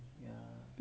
mm